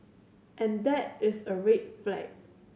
and that is a red flag